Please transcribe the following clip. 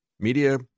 media